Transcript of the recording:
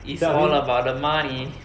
it's all about the money